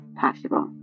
possible